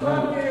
דבר.